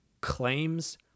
claims